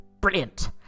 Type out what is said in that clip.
Brilliant